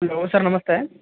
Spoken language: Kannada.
ಹಲೋ ಸರ್ ನಮಸ್ತೆ